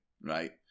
right